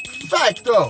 Facto